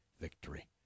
victory